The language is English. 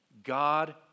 God